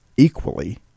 Equally